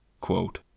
Quote